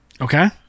Okay